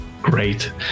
Great